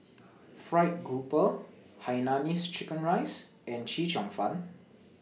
Fried Grouper Hainanese Chicken Rice and Chee Cheong Fun